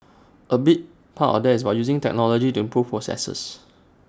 A big part of that is about using technology to improve processes